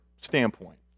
standpoint